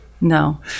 no